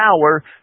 power